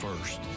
first